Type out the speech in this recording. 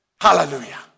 Hallelujah